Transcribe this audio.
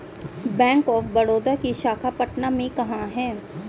Bank of Baroda की शाखा पटना में कहाँ है?